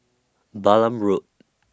Balam Road